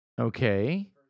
Okay